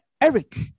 Eric